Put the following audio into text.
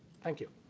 thank you.